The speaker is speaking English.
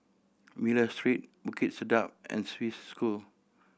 Miller Street Bukit Sedap and Swiss School